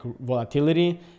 volatility